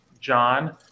John